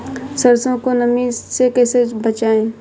सरसो को नमी से कैसे बचाएं?